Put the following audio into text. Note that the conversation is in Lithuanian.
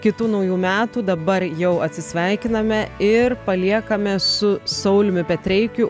kitų naujų metų dabar jau atsisveikiname ir paliekame su sauliumi petreikiu